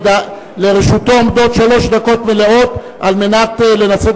לרשותו עומדות שלוש דקות מלאות כדי לנסות